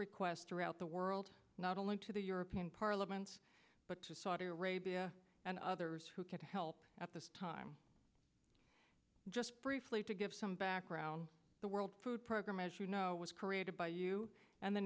request throughout the world not only to the european parliament but to saudi arabia and others who could help at this time just briefly to give some background the world food program as you know was created by you and the